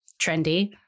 trendy